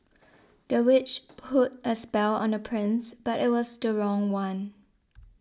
the witch put a spell on the prince but it was the wrong one